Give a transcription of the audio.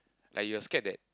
like you're scared that